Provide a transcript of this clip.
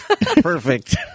Perfect